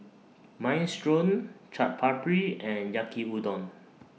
Minestrone Chaat Papri and Yaki Udon